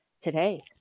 today